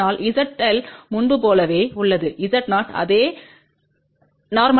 அதனால் ZL முன்பு போலவே உள்ளது Z0 அதே நோர்மலைஸ்கப்பட்ட 1